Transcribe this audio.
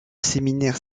séminaire